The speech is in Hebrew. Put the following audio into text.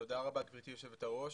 תודה רבה, גברתי היושבת-ראש,